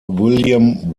william